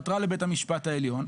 ועתרה לבית המשפט העליון.